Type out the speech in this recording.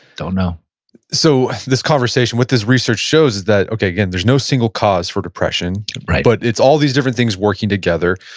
don't know so, this conversation, what this research shows is that, okay, again, there's no single cause for depression right but it's all these different things working together,